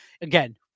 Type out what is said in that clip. again